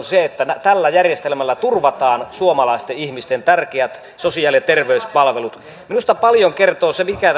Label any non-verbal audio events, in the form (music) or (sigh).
(unintelligible) se että tällä järjestelmällä turvataan suomalaisten ihmisten tärkeät sosiaali ja terveyspalvelut minusta paljon kertoo se mikä (unintelligible)